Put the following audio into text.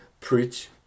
preach